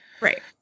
right